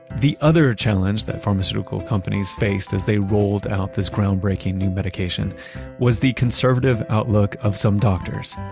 the other challenge that pharmaceutical companies faced as they rolled out this groundbreaking new medication was the conservative outlook of some doctors.